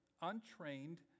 untrained